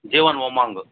Jeevan Umang